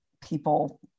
people